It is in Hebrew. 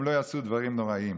הם לא יעשו דברים נוראיים.